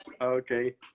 okay